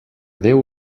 déu